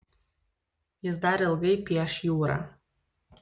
jis dar ilgai pieš jūrą